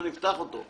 ולא נפתח אותו.